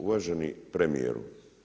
Uvaženi premijeru.